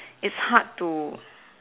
it's hard to